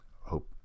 Hope